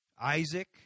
Isaac